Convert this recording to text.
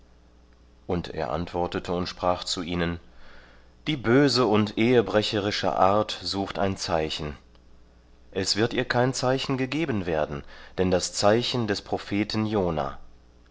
auch über die zeichen dieser zeit urteilen diese böse und ehebrecherische art sucht ein zeichen und soll ihr kein zeichen gegeben werden denn das zeichen des propheten jona